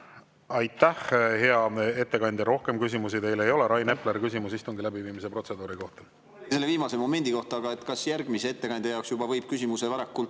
aitäh, hea ettekandja! Rohkem küsimusi teile ei ole. Rain Epler, küsimus istungi läbiviimise protseduuri kohta. Selle viimase momendi kohta: kas järgmise ettekandja jaoks võib küsimuse juba